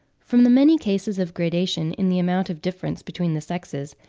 from the many cases of gradation in the amount of difference between the sexes,